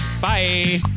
Bye